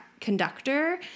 conductor